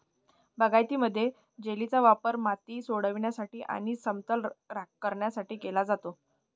बागायतीमध्ये, जेलीचा वापर माती सोडविण्यासाठी आणि समतल करण्यासाठी केला जातो